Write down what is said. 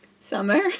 Summer